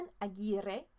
Aguirre